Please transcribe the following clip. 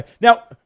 Now